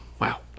Wow